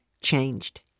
changed